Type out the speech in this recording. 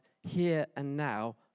here-and-now